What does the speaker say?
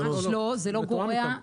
ממש לא, זה לא גורע.